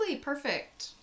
perfect